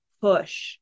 push